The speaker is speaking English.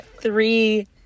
three